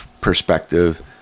perspective